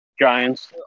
Giants